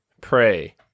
pray